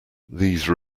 these